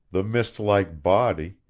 the mist-like body,